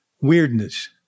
weirdness